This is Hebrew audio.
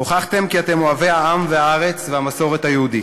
הוכחתם כי אתם אוהבי העם והארץ והמסורת היהודית,